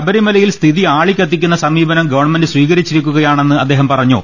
ശബരി മലയിൽ സ്ഥിതി ആളിക്കത്തിക്കുന്ന സമീപനം ഗവൺമെന്റ് സ്വീകരിച്ചിരിക്കുകയാണെന്ന് അദ്ദേഹം പറഞ്ഞു